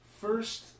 First